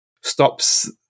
stops